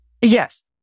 Yes